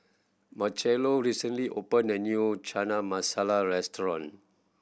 Marchello recently open a new Chana Masala Restaurant